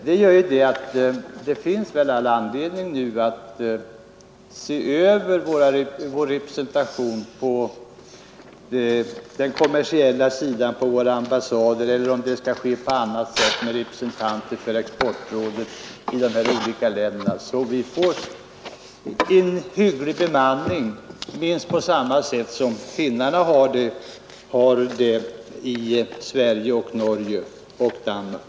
Det finns emellertid all anledning att nu se över vår representation på den kommersiella sidan — antingen på våra ambassader eller på annat sätt, t.ex. med representanter för exportråden i de olika länderna — så att vi får en hygglig bemanning på minst samma sätt som Finland har i Sverige, Norge och Danmark.